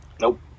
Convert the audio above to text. Nope